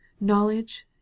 knowledge